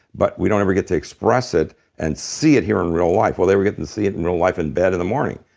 but we don't ever get to express it and see it here in real life. well, they get to see it in real life in bed in the morning,